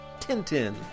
Tintin